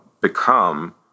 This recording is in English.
become